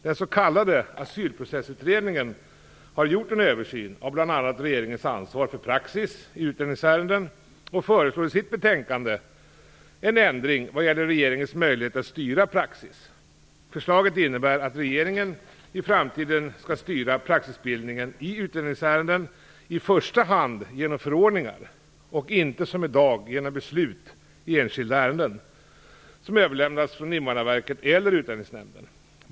Den s.k. asylprocessutredningen har gjort en översyn av bl.a. regeringens ansvar för praxis i utlänningsärenden och föreslår i sitt betänkande en ändring vad gäller regeringens möjlighet att styra praxis. Förslaget innebär att regeringen i framtiden skall styra praxisbildningen i utlänningsärenden i första hand genom förordningar och inte som i dag genom beslut i enskilda ärenden som överlämnats från Invandrarverket eller Utlänningsnämnden.